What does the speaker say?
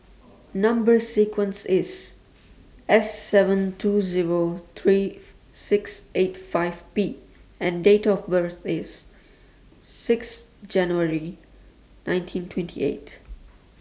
Number sequence IS S seven two Zero three six eight five Band Date of birth IS six January nineteen twenty eight